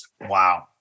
Wow